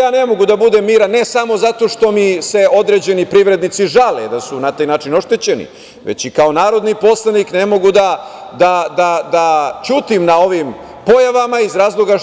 Ja ne mogu da budem miran, ne samo zato što mi se određeni privrednici žale da su na taj način oštećeni, već i kao narodni poslanik, ne mogu da ćutim na ovim pojavama, iz razloga